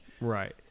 right